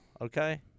Okay